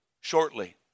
shortly